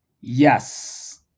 Yes